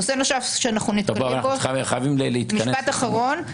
נושא נוסף שאנחנו נתמקד בו, משפט אחרון.